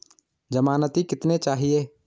ज़मानती कितने चाहिये?